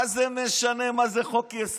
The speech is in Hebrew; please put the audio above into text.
מה זה משנה מה זה חוק-יסוד.